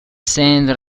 sainte